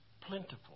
plentiful